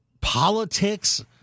politics